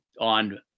on